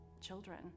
children